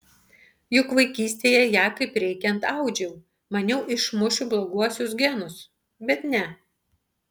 juk vaikystėje ją kaip reikiant audžiau maniau išmušiu bloguosius genus bet ne